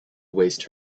waste